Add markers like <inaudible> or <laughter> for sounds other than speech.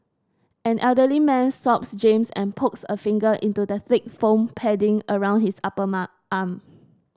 an elderly man stops James and pokes a finger into the thick foam padding around his upper <unintelligible> arm